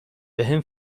بهم